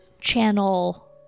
channel